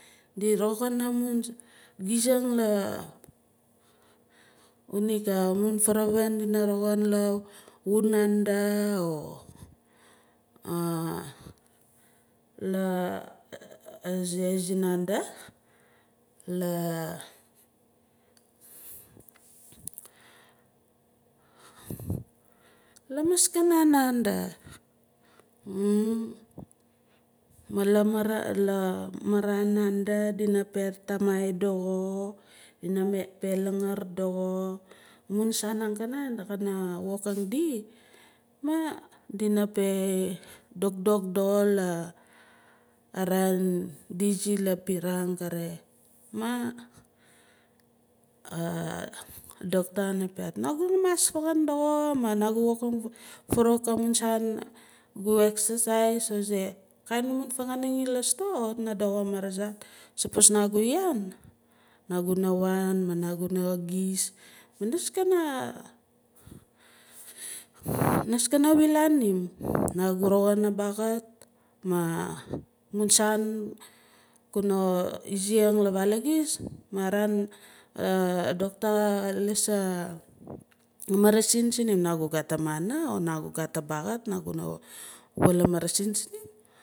Di roxaan a mun gizang la unig a mun uravin dina roxaan la xunanda o la aze zi nanda la lamaaskana nand ma lar mara nanda dina peh tamai doxo dina peh langar doxo amun saas arkanan kan wokang di ma di na peh doctor kana piaat naaguna mas fangan doxo maa nagu wokim favawuk amun saan gu exercise oh axe kain amun fanganing ila store kawit na doxo marazart sapos na gu yaan naguna wan ma nanguna gis ma nis kana wilan nim na gu roxan a baaxat ma amun saan kuna iziing la vaal agis? Maa araan a doctor ka lis a marasin sin nim nagu gat a money or nagu gat a baaxat kuna wul a marasin sinim?